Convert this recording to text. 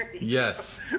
yes